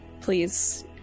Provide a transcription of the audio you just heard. Please